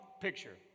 picture